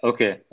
Okay